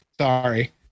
Sorry